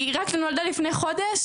היא רק נולדה לפני חודש,